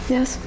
Yes